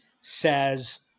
says